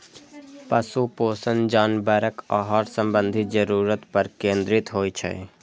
पशु पोषण जानवरक आहार संबंधी जरूरत पर केंद्रित होइ छै